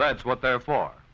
that's what they are for